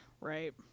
right